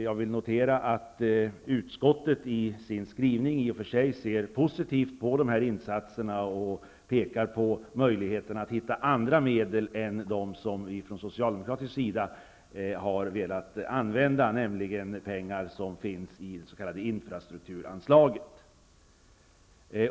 Jag har noterat att utskottet i sin skrivning i och för sig ser positivt på de här insatserna och pekar på möjligheten att hitta andra medel än dem som vi från socialdemokratisk sida har velat använda, nämligen pengar som finns i det s.k. infrastrukturanslaget.